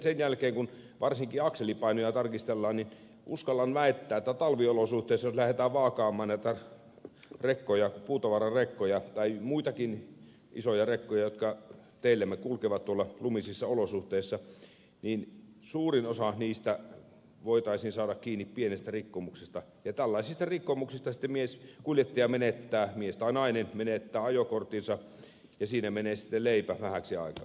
sen jälkeen kun varsinkin akselipainoja tarkistellaan uskallan väittää että talviolosuhteissa jos lähdetään vaakaamaan näitä puutavararekkoja tai muitakin isoja rekkoja jotka teillämme kulkevat tuolla lumisissa olosuhteissa suurin osa niistä voitaisiin saada kiinni pienestä rikkomuksesta ja tällaisista rikkomuksista sitten kuljettaja mies tai nainen menettää ajokorttinsa ja siinä menee sitten leipä vähäksi aikaa